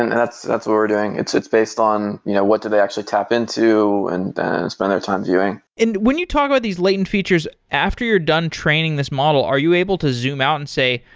that's what we're doing. it's it's based on you know what do they actually tap into and spend their time viewing and when you talk about these latent features, after you're done training this model, are you able to zoom out and say,